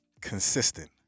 consistent